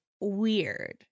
weird